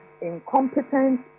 incompetent